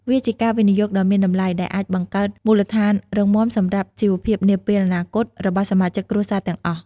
វាជាការវិនិយោគដ៏មានតម្លៃ ដែលអាចបង្កើតមូលដ្ឋានរឹងមាំសម្រាប់ជីវភាពនាពេលអនាគតរបស់សមាជិកគ្រួសារទាំងអស់។